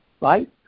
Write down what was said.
right